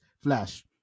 Flash